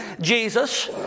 Jesus